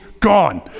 Gone